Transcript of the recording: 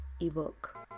eBook